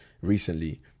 recently